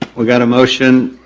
we got a motion,